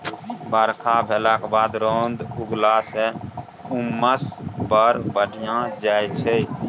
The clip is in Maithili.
बरखा भेलाक बाद रौद उगलाँ सँ उम्मस बड़ बढ़ि जाइ छै